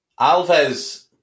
Alves